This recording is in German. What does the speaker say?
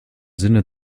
sinne